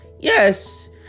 Yes